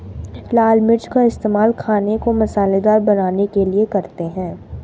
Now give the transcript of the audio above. लाल मिर्च का इस्तेमाल खाने को मसालेदार बनाने के लिए करते हैं